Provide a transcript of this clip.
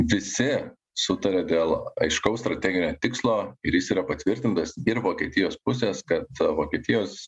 visi sutarė dėl aiškaus strateginio tikslo ir jis yra patvirtintas ir vokietijos pusės kad vokietijos